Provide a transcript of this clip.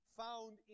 found